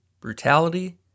brutality